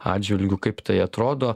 atžvilgiu kaip tai atrodo